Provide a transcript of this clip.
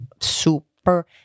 super